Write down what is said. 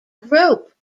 group